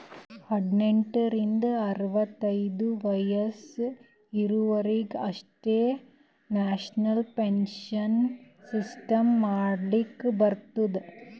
ಹದ್ನೆಂಟ್ ರಿಂದ ಅರವತ್ತೈದು ವಯಸ್ಸ ಇದವರಿಗ್ ಅಷ್ಟೇ ನ್ಯಾಷನಲ್ ಪೆನ್ಶನ್ ಸಿಸ್ಟಮ್ ಮಾಡ್ಲಾಕ್ ಬರ್ತುದ